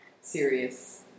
serious